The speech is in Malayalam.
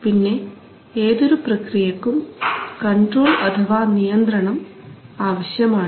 പിന്നെ ഏതൊരു പ്രക്രിയക്കും കൺട്രോൾ അഥവാ നിയന്ത്രണം ആവശ്യമാണ്